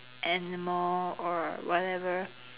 animal or whatever